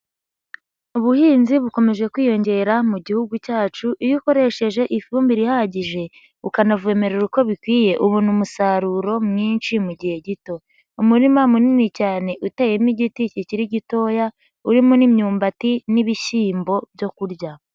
Ubuhinzi bukomeje kwiyongera mu Gihugu cyacu iyo ukoresheje ifumbire ihagije ukanavomerera uko bikwiye ubona umusaruro mwinshi mu gihe gito. Umurima munini cyane uteyemo igiti kikiri gitoya urimo n'imyumbati n'ibishyimbo byo kurya.